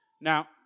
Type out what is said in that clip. Now